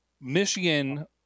Michigan